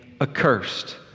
accursed